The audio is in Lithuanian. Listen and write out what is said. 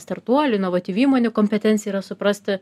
startuolių inovativ įmonių kompetencija yra suprasti